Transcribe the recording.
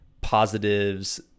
positives